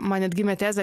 man net gimė tezė